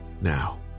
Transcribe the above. now